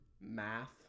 Math